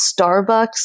Starbucks